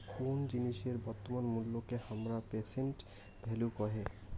কোন জিনিসের বর্তমান মুল্যকে হামরা প্রেসেন্ট ভ্যালু কহে